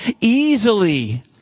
easily